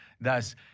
thus